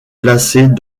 placées